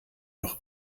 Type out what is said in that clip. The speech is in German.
noch